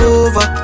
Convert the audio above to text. over